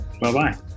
Bye-bye